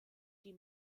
die